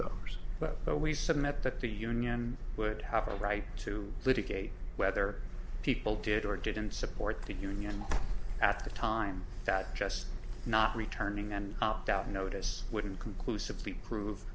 dollars but we submit that the union would have a right to litigate whether people did or didn't support the union at the time that just not returning and opt out notice wouldn't conclusively prove